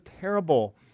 terrible